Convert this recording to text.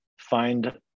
find